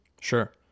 Sure